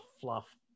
fluff